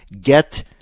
get